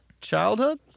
childhood